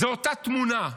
זו אותה תמונה,